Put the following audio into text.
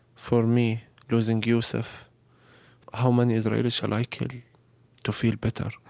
for me losing yusef how many israelis shall i kill to feel better?